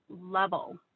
level